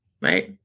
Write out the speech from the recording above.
right